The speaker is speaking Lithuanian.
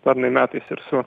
pernai metais ir su